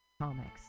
comics